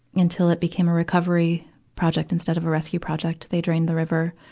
until it became a recovery project instead of a rescue project. they drained the river,